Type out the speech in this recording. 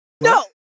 No